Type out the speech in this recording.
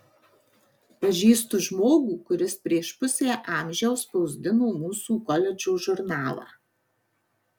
pažįstu žmogų kuris prieš pusę amžiaus spausdino mūsų koledžo žurnalą